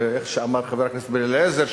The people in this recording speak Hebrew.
ואיך שאמר חבר הכנסת בן-אליעזר,